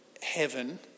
heaven